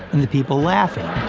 and the people laughing